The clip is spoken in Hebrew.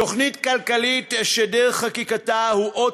תוכנית כלכלית שדרך חקיקתה היא אות